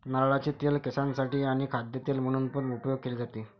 नारळाचे तेल केसांसाठी आणी खाद्य तेल म्हणून पण उपयोग केले जातो